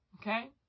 okay